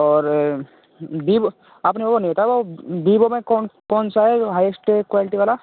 और बीवो अपने वो नहीं था वो बीवो में कौन कौनसा है जो हाइएस्ट क्वालिटी वाला